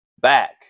back